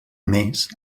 més